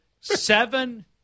seven